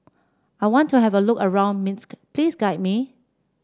I want to have a look around Minsk please guide me